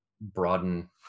broaden